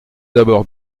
d’abord